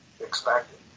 expected